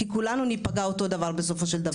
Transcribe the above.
כי כולנו נפגע אותו דבר בסופו של דבר,